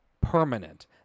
permanent